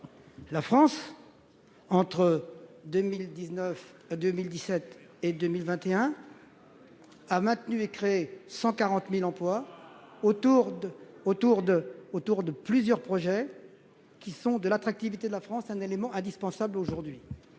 pays. Entre 2017 et 2021, la France a maintenu ou créé 140 000 emplois autour de projets qui font de l'attractivité de la France un élément indispensable aujourd'hui.